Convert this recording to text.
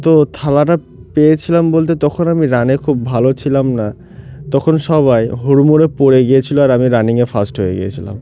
তো থালাটা পেয়েছিলাম বলতে তখন আমি রানে খুব ভালো ছিলাম না তখন সবাই হুড়মুড়ে পড়ে গিয়েছিলো আর আমি রানিংয়ে ফার্স্ট হয়ে গিয়েছিলাম